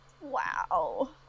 Wow